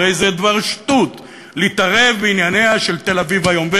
הרי זה דבר שטות להתערב בענייניה של תל-אביב היום.